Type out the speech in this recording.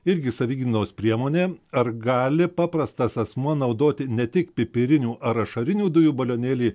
irgi savigynos priemonė ar gali paprastas asmuo naudoti ne tik pipirinių ar ašarinių dujų balionėlį